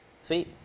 Sweet